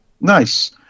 nice